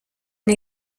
une